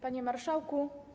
Panie Marszałku!